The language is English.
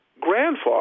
grandfather